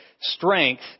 strength